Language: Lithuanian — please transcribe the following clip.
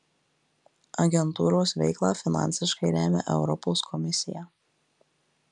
agentūros veiklą finansiškai remia europos komisija